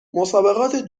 مسابقات